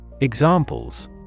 Examples